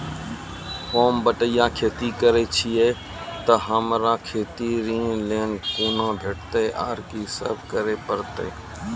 होम बटैया खेती करै छियै तऽ हमरा खेती लेल ऋण कुना भेंटते, आर कि सब करें परतै?